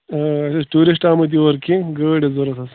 اَسہِ ٲسۍ ٹیٛوٗرِسٹہٕ آمٕتۍ یور کیٚںٛہہ گٲڑۍ ٲس ضروٗرت حظ